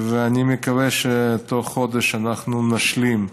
ואני מקווה שבתוך חודש אנחנו נשלים,